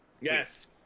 Yes